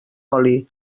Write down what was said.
oli